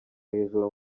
hejuru